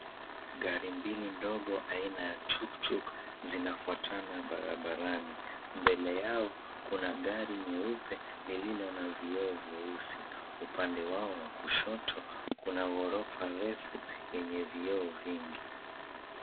Gari mbili ndogo aina ya tuk tuk zinafuatana barabarani. Mbele yao kuna gari nyeupe lenye vioo vyeusi. Upande wao wa kushoto kuna ghorofa refu yenye vioo vingi.